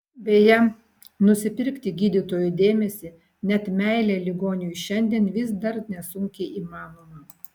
beje nusipirkti gydytojo dėmesį net meilę ligoniui šiandien vis dar nesunkiai įmanoma